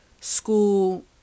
school